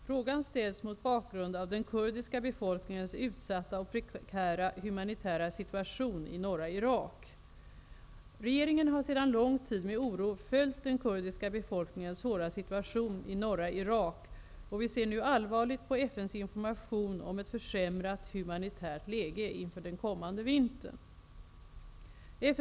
Frågan ställs mot bakgrund av den kurdiska befolkningens utsatta och prekära humanitära situation i norra Regeringen har sedan lång tid med oro följt den kurdiska befolkningens svåra situation i norra Irak, och vi ser nu allvarligt på FN:s information om ett försämrat humanitärt läge inför den kommande vintern. Herr talman!